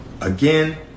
again